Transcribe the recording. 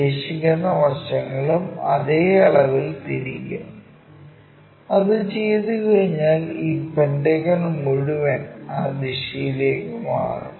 ശേഷിക്കുന്ന വശങ്ങളും അതേ അളവിൽ തിരിക്കും അത് ചെയ്തുകഴിഞ്ഞാൽ ഈ പെന്റഗൺ മുഴുവൻ ആ ദിശയിലേക്ക് മാറും